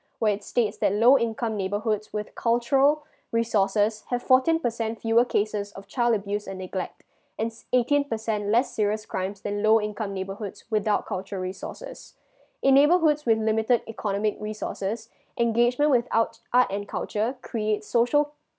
where it states that low income neighbourhood with cultural resources have fourteen percent fewer cases of child abuse and neglect and s~ eighteen percent less serious crimes than low income neighbourhoods without culture resources in neighbourhoods with limited economic resources engagement without art and culture create social